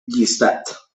llistat